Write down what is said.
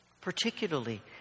particularly